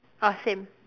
ah same